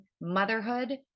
motherhood